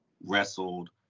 wrestled